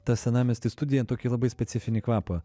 ta senamiesty studija tokį labai specifinį kvapą